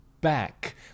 back